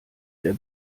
der